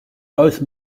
both